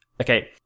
Okay